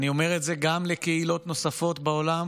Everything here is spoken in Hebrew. אני אומר את זה גם לקהילות נוספות בעולם